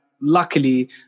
luckily